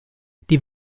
die